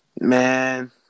Man